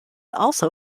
also